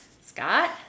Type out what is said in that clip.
Scott